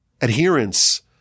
adherence